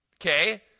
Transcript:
okay